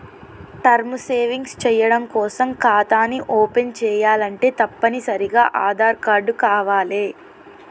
term savings చెయ్యడం కోసం ఖాతాని ఓపెన్ చేయాలంటే తప్పనిసరిగా ఆదార్ కార్డు కావాలే